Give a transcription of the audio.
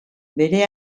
bere